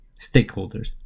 stakeholders